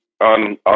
on